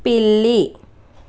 పిల్లి